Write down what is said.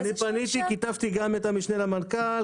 אני פניתי וכתבתי גם את המשנה למנכ"ל,